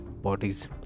bodies